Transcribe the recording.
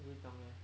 不会脏 meh